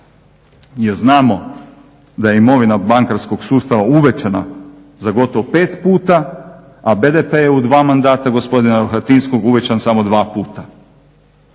Jer znamo da je imovina bankarskog sustava uvećana za gotovo 5 puta, a BDP je u 2 mandata gospodina Rohatinskog uvećan samo 2 puta.